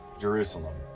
Jerusalem